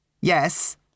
Yes